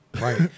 right